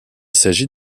s’agit